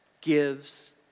gives